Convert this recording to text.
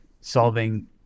solving